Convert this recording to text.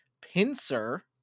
pincer